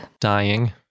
Dying